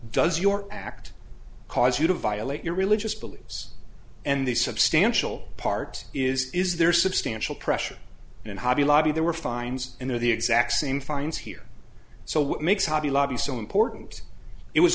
does your act cause you to violate your religious beliefs and the substantial part is is there substantial pressure in hobby lobby there were fines in there the exact same fines here so what makes hobby lobby so important it was